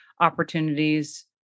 opportunities